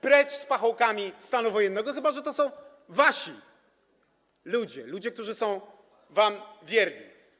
Precz z pachołkami stanu wojennego - chyba że to są wasi ludzie, ludzie, którzy są wam wierni.